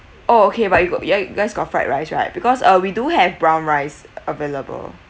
oh okay but you got you guys got fried rice right because uh we do have brown rice available